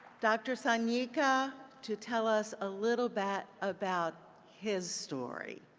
dr. sanyika, to tell us a little bit about his story.